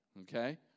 Okay